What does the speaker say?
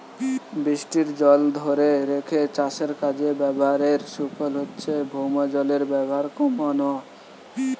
বৃষ্টির জল ধোরে রেখে চাষের কাজে ব্যাভারের সুফল হচ্ছে ভৌমজলের ব্যাভার কোমানা